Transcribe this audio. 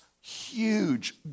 huge